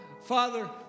Father